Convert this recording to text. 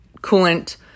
coolant